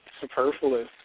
superfluous